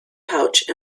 pouch